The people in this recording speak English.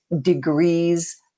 degrees